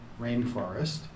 Rainforest